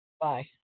Bye